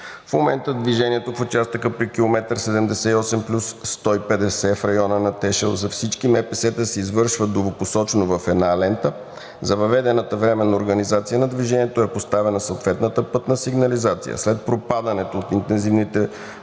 В момента движението в участъка при км 78+150 в района на Тешел за всички МПС-та се извършва двупосочно в една лента. За въведената временна организация на движението е поставена съответната пътна сигнализация. След пропадането от интензивните